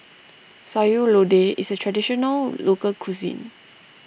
Sayur Lodeh is a Traditional Local Cuisine